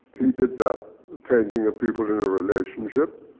he did that painting of people in a relationship.